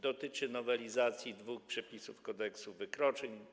Dotyczy on nowelizacji dwóch przepisów Kodeksu wykroczeń.